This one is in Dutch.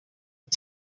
het